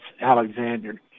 Alexander